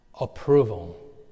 approval